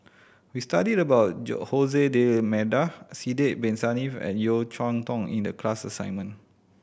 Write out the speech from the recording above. we studied about D'Almeida Sidek Bin Saniff and Yeo Cheow Tong in the class assignment